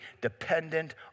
dependent